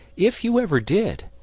if you ever did,